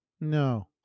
No